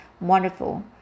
wonderful